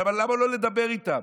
בכובד ראש.